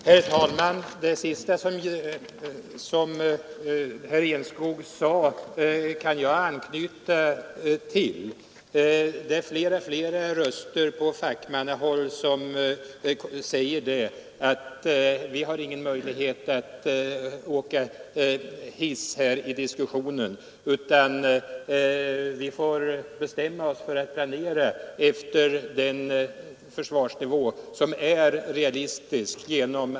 Herr talman! Det sista som herr Enskog sade kan jag anknyta till. Det är flera röster på fackmannahåll som säger att vi inte har någon möjlighet att åka hiss i denna diskussion, utan vi får bestämma oss för att planera efter en försvarsnivå som är realistisk.